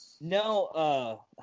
No